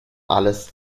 alles